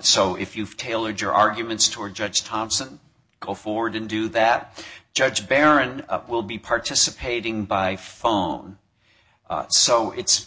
so if you've tailored your arguments toward judge thompson go forward and do that judge baron will be participating by phone so it's